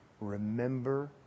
remember